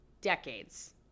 decades